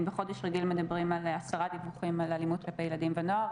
אם בחודש רגיל מדברים על 10 דיווחים על אלימות כלפי ילדים ונוער,